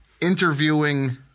interviewing